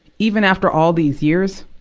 even after all these years,